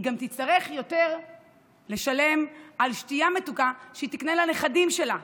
היא גם תצטרך לשלם יותר על שתייה מתוקה שהיא תקנה לנכדים שלה,